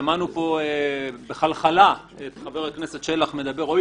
שמענו פה בחלחלה את חבר הכנסת שלח מדבר: אוי